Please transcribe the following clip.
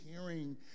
hearing